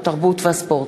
התרבות והספורט.